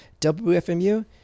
WFMU